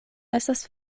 estas